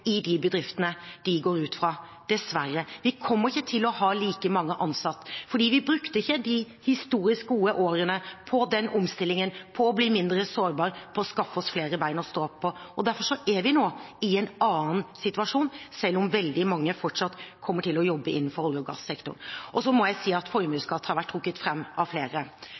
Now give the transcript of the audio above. i de bedriftene de går ut fra, dessverre. Vi kommer ikke til å ha like mange ansatt, for vi brukte ikke de historisk gode årene på den omstillingen, på å bli mindre sårbare, og på å skaffe oss flere ben å stå på. Derfor er vi nå i en annen situasjon, selv om veldig mange fortsatt kommer til å jobbe innenfor olje- og gassektoren. Formuesskatt har vært trukket fram av flere, og å gjøre de rike rikere. Ja, jeg har